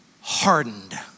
hardened